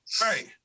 Right